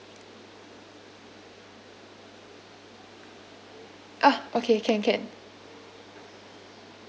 ah okay can can